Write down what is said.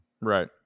Right